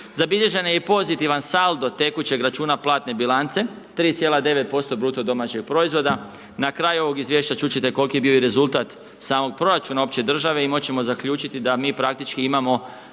Zabilježen je i pozitivan saldo tekućeg računa platne bilance 3,9% BDP, na kraju ovog izvješća čuti ćete koliki je bio i rezultat samog proračuna uopće države i moći ćemo zaključiti da mi praktički imamo